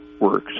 works